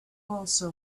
also